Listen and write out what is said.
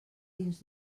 dins